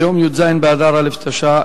ביום י"ז באדר התשע"א,